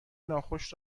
ناخوش